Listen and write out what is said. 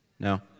No